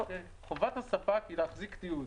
חובת הספק היא להחזיק תיעוד.